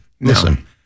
Listen